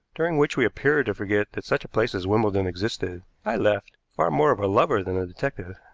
during which we appeared to forget that such a place as wimbledon existed, i left, far more of a lover than a detective.